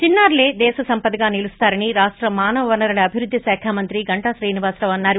చిన్నారులే దేశ సంపదగా నిలుస్తారని రాష్ట మానవ వనరుల అభివృద్ది శాఖ మంత్రి గంటా శ్రీనివాసరావు అన్నారు